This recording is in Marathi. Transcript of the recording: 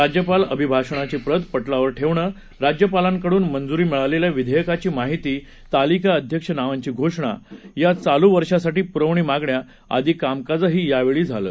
राज्यपाल अभिभाषणाची प्रत पटलावर ठेवणे राज्यपालांकडून मंजुरी मिळालेल्या विधेयकाची माहिती तालिका अध्यक्ष नावांची घोषणा या चालू वर्षासाठी पुरवणी मागण्या आदी कामकाजही यावेळी झालं